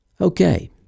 Okay